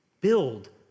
build